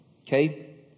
okay